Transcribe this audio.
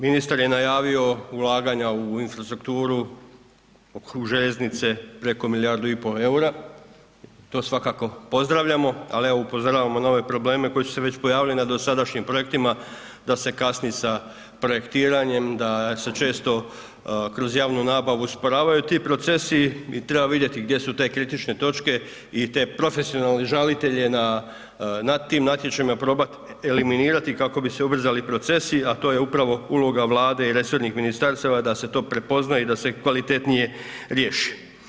Ministar je najavio ulaganja u infrastrukturu, u željeznice preko milijardu i pol eura, to svakako pozdravljamo, ali evo upozoravamo na ove probleme koji su se već pojavili na dosadašnjim projektima da se kasni sa projektiranjem, da se često kroz javnu nabavu usporavaju ti procesi i treba vidjeti gdje su te kritične točke i te profesionalne žalitelje na tim natječajima i probati eliminirati kako bi se ubrzali procesi, a to je upravo uloga Vlade i resornih ministarstava da se to prepozna i da se kvalitetnije riješi.